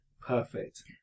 Perfect